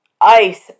ice